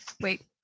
wait